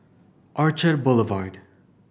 Orchard Boulevard